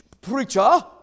Preacher